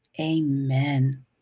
Amen